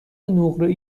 نقره